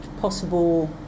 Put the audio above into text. possible